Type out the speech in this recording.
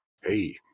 Hey